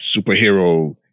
superhero